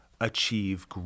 achieve